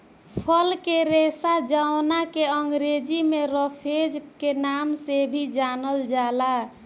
फल के रेशा जावना के अंग्रेजी में रफेज के नाम से भी जानल जाला